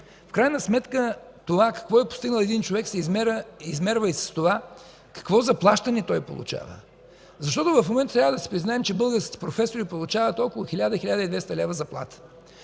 В крайна сметка това какво е постигнал един човек се измерва и с това какво заплащане той получава. Защото в момента трябва да си признаем, че българските професори получават около 1000 – 1200 лв. заплата.